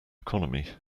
economy